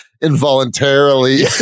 involuntarily